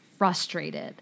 Frustrated